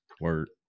Word